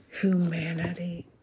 humanity